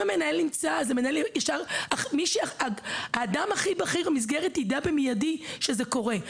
אם המנהל נמצא אז -- האדם הכי בכיר במסגרת יידע באופן מידי שזה קורה,